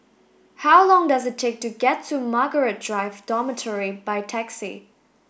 how long does it take to get to Margaret Drive Dormitory by taxi